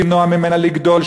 למנוע ממנה לגדול,